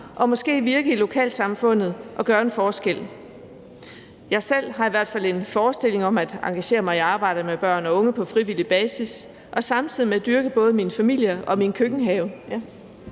og måske virke i lokalsamfundet og gøre en forskel. Jeg har i hvert fald selv en forestilling om at engagere mig i arbejdet med børn og unge på frivillig basis og samtidig med dette dyrke både min familie og min køkkenhave